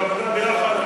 של עבודה ביחד,